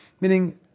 meaning